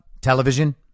television